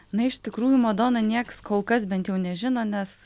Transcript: na iš tikrųjų madona nieks kol kas bent jau nežino nes